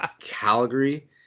Calgary